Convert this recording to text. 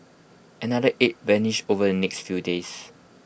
another eight vanished over the next few days